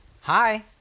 hi